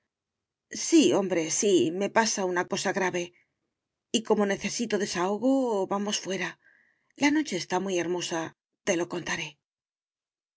sí hombre sí me pasa una cosa grave y como necesito desahogo vamos fuera la noche está muy hermosa te lo contaré